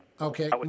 Okay